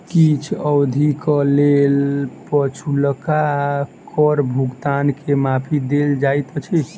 किछ अवधिक लेल पछुलका कर भुगतान के माफी देल जाइत अछि